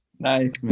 Nice